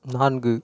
நான்கு